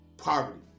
Poverty